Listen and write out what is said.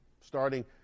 starting